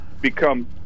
become—